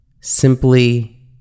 simply